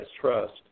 trust